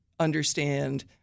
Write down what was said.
understand